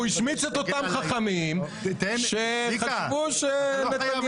הוא השמיץ את אותם חכמים שחשבו שנתניהו,